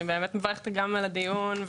אני מברכת על הדיון.